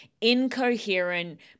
incoherent